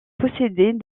possédaient